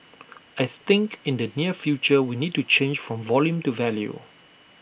I think in the near future we need to change from volume to value